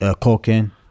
Cocaine